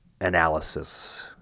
analysis